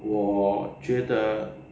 我觉得